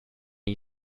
gli